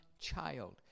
child